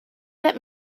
that